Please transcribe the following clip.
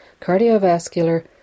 cardiovascular